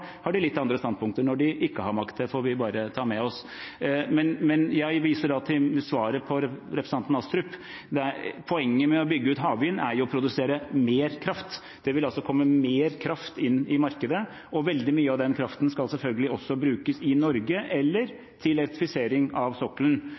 har makt. De har litt andre standpunkter når de ikke har makt, og det får vi bare ta med oss. Jeg viser til svaret mitt til representanten Astrup: Poenget med å bygge ut havvind er å produsere mer kraft. Det vil altså komme mer kraft inn i markedet, og veldig mye av den kraften skal selvfølgelig også brukes i Norge, eller